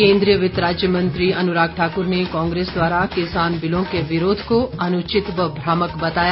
केन्द्रीय वित्त राज्य मंत्री अनुराग ठाक्र ने कांग्रेस द्वारा किसान बिलों के विरोध को अनुचित व भ्रामक बताया